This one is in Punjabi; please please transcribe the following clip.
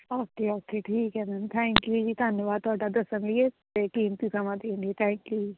ਓਕੇ ਓਕੇ ਠੀਕ ਹੈ ਮੈਮ ਥੈਂਕ ਯੂ ਜੀ ਧੰਨਵਾਦ ਤੁਹਾਡਾ ਦੱਸਣ ਲੀਏ ਅਤੇ ਕੀਮਤੀ ਸਮਾਂ ਦੇਣ ਲਈ ਥੈਂਕ ਯੂ ਜੀ